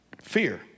Fear